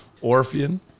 Orphan